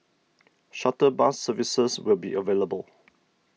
shuttle bus services will be available